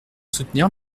soutenir